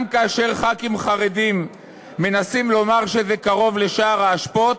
גם כאשר חברי כנסת חרדים מנסים לומר שזה קרוב לשער האשפות,